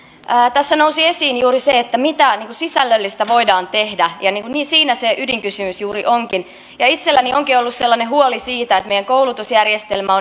tässä nousi esiin juuri se mitä sisällöllistä voidaan tehdä ja siinä se ydinkysymys juuri onkin itselläni onkin ollut huoli siitä että meidän koulutusjärjestelmä